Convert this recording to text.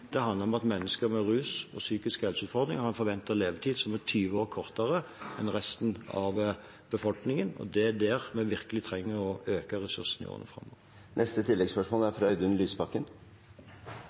handler om at mennesker med rus og psykiske helseutfordringer har en forventet levetid som er 20 år kortere enn resten av befolkningen. Det er der vi virkelig trenger å øke ressursene i årene